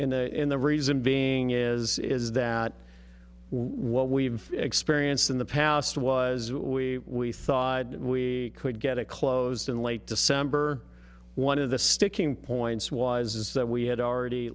outside in the reason being is is that what we've experienced in the past was that we thought we could get it closed in late december one of the sticking points was is that we had already